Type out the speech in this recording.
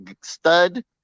stud